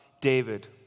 David